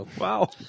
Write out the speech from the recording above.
Wow